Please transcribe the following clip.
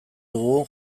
dugu